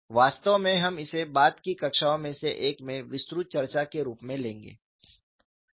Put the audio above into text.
वास्तव में हम इसे बाद की कक्षाओं में से एक में विस्तृत चर्चा के रूप में लेंगे